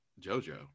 jojo